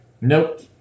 Nope